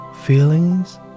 feelings